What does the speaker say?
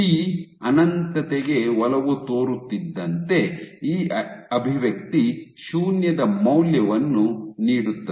T ಅನಂತತೆಗೆ ಒಲವು ತೋರುತ್ತಿದ್ದಂತೆ ಈ ಅಭಿವ್ಯಕ್ತಿ ಶೂನ್ಯದ ಮೌಲ್ಯವನ್ನು ನೀಡುತ್ತದೆ